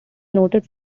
noted